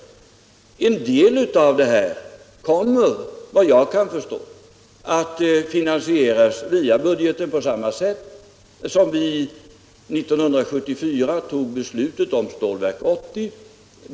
En del av detta kommer då att finansieras via budgeten på samma sätt som när vi 1974 tog beslutet om Stålverk 80.